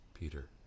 Peter